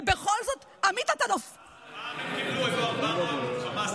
ובכל זאת, פעם הם קיבלו איזה 400 חמאסניקים,